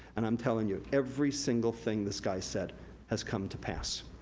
and i'm telling you, every single thing this guy said has come to pass.